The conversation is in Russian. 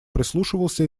прислушивался